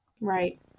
Right